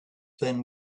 then